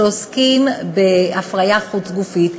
שעוסקים בהפריה חוץ-גופית,